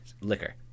liquor